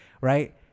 Right